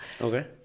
Okay